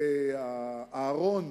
ואהרן